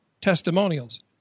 testimonials